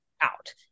out